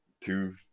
two